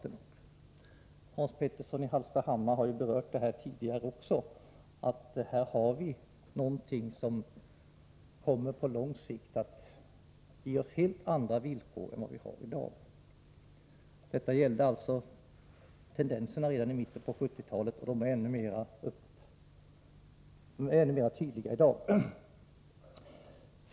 Även Hans Petersson i Hallstahammar pekade på att den här problematiken på lång sikt kommer att innebära att vi får helt andra villkor än dem vi har i dag. Tendenserna fanns redan i mitten av 1970-talet, och de är ännu tydligare i dag.